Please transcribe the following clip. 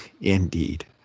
indeed